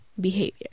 behavior